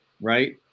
right